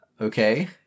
Okay